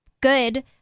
good